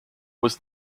was